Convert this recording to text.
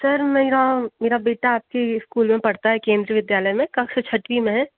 sir मेरा मेरा बेटा आपके ये इस्कूल में पढ़ता है केन्द्रीय विद्यालय में कक्षा छठी में है